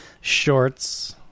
shorts